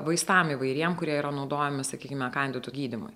vaistams įvairiems kurie yra naudojami sakykime kandidų gydymui